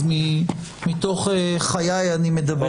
אז מתוך חיי אני מדבר.